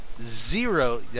zero